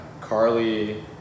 Carly